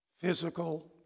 physical